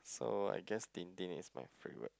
so I guess Tintin is my favorite